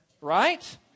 Right